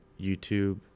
YouTube